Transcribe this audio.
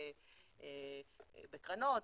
בקרנות,